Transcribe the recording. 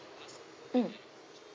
mm